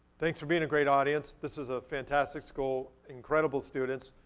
thanks for being a great audience. this is a fantastic school, incredible students.